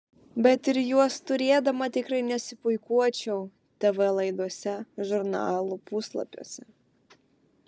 bet ir juos turėdama tikrai nesipuikuočiau tv laidose žurnalų puslapiuose